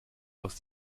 aus